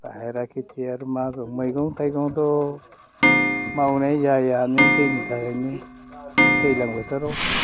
बाहेरा खिथिया आरो मा दं मैगं थाइगंथ' मावनाय जाया माने दैनि थाखायनो दैज्लां बोथोराव